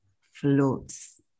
floats